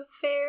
fair